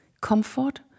comfort